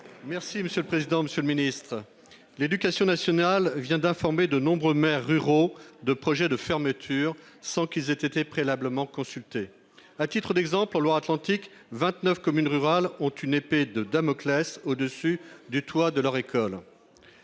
Territoires. Monsieur le ministre, l'éducation nationale vient d'informer de nombreux maires ruraux de projets de fermeture de classes, sans qu'ils aient été préalablement consultés. À titre d'exemple, en Loire-Atlantique, 29 communes rurales ont une épée de Damoclès au-dessus du toit de leur école.